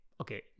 Okay